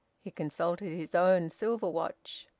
he consulted his own silver watch.